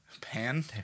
Pan